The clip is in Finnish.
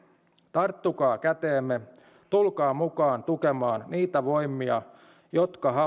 tarttukaa käteemme tulkaa mukaan tukemaan niitä voimia jotka